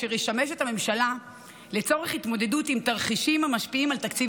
אשר ישמש את הממשלה לצורך התמודדות עם תרחישים המשפיעים על תקציב